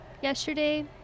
yesterday